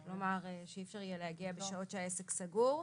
כלומר, שאי אפשר יהיה להגיע בשעות שהעסק סגור.